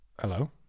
hello